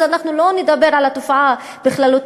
אז אנחנו לא נדבר על התופעה בכללותה,